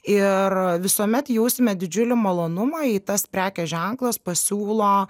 ir visuomet jausime didžiulį malonumą jei tas prekės ženklas pasiūlo